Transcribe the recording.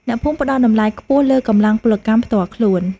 អ្នកភូមិផ្ដល់តម្លៃខ្ពស់លើកម្លាំងពលកម្មផ្ទាល់ខ្លួន។